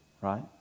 right